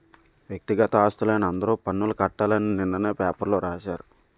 వ్యక్తిగత ఆస్తులైన అందరూ పన్నులు కట్టాలి అని నిన్ననే పేపర్లో రాశారు